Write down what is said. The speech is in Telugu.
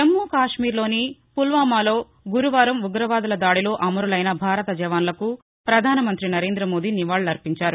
జమ్మూ కాశ్మీర్లోని పుల్వామా లో గురువారం ఉగ్రవాదుల దాడిలో అమరులైన భారత జవాస్లకు ప్రధానమంత్రి నరేందమోదీ నివాళులర్పించారు